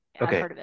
okay